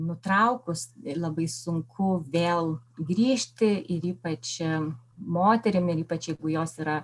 nutraukus ir labai sunku vėl grįžti ir ypač moterim ir ypač jeigu jos yra